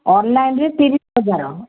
ଅନ୍ଲାଇନ୍ରେ ତିରିଶି ହଜାର